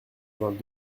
vingt